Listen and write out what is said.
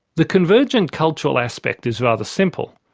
the convergent cultural aspect is rather simple.